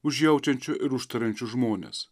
užjaučiančiu ir užtariančių žmones